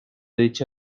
dicha